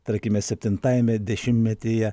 tarkime septintajame dešimtmetyje